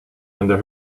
under